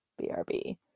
BRB